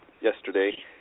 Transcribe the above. yesterday